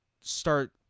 start